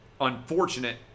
unfortunate